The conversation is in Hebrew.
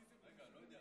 רגע, לא יודע,